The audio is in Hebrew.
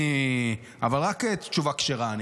אבל אני רוצה רק תשובה כשרה.